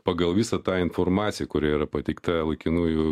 pagal visą tą informaciją kuri yra pateikta laikinųjų